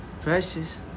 precious